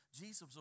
Jesus